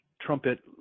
trumpet